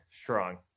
strong